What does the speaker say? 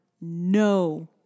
no